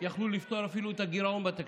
יכלו לפתור אפילו את הגירעון בתקציב,